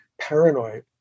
paranoid